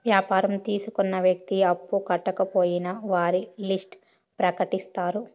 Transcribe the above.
వ్యాపారం తీసుకున్న వ్యక్తి అప్పు కట్టకపోయినా వారి లిస్ట్ ప్రకటిత్తారు